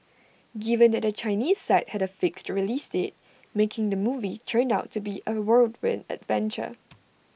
given that the Chinese side had A fixed release date making the movie turned out to be A whirlwind adventure